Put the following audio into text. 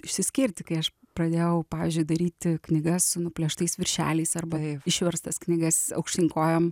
išsiskirti kai aš pradėjau pavyzdžiui daryti knygas su nuplėštais viršeliais arba išverstas knygas aukštyn kojom